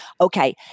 Okay